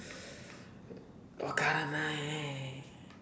wakaranai